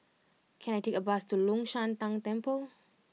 can I take a bus to Long Shan Tang Temple